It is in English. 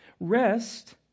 Rest